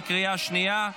בקריאה השנייה.